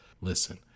Listen